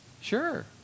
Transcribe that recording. Sure